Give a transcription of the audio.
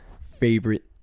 favorite